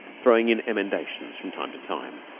throwing in emendations from time to time.